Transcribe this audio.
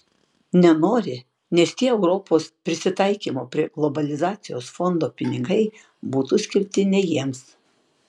nenori nes tie europos prisitaikymo prie globalizacijos fondo pinigai būtų skirti ne jiems